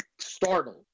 startled